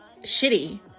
shitty